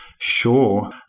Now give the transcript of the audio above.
Sure